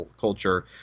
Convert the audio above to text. culture